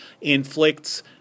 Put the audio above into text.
inflicts